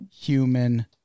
human